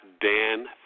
Dan